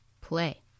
play